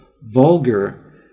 vulgar